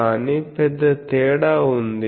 కానీ పెద్ద తేడా ఉంది